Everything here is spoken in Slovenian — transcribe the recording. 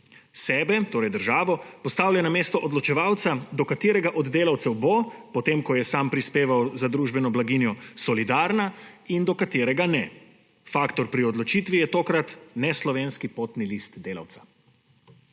Sebe, torej državo, postavlja na mesto odločevalca, do katerega od delavcev bo, potem ko je sam prispeval za družbeno blaginjo, solidarna in do katerega ne. Faktor pri odločitvi je tokrat neslovenski potni list delavca.